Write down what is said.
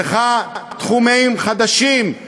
צריכה תחומים חדשים,